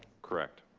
correct.